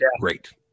great